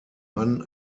mann